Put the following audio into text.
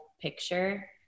picture